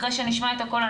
אחרי שנשמע את הכול,